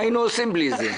מה היינו עושים בלי זה?